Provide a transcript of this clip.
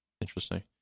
Interesting